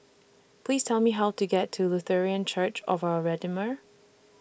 Please Tell Me How to get to Lutheran Church of Our Redeemer